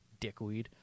Dickweed